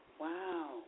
Wow